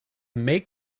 make